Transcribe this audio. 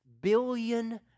billion